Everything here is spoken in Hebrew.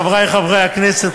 חברי חברי הכנסת,